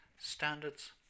standards